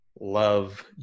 love